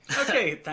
Okay